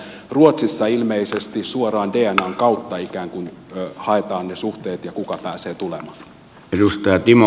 ruotsissa ilmeisesti suoraan dnan kautta ikään kuin haetaan ne suhteet ja se kuka pääsee tulemaan